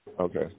Okay